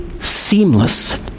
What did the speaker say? seamless